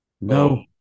No